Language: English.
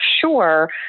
sure